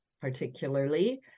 particularly